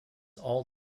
all